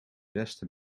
beste